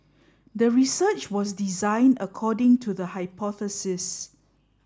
the research was designed according to the hypothesis